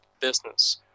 business